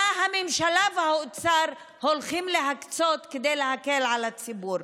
ומה הממשלה והאוצר הולכים להקצות כדי להקל על הציבור.